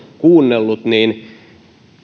kuunnellut niin